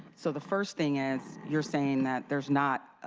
so the first thing is you're saying that there's not,